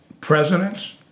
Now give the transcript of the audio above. presidents